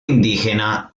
indígena